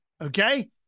Okay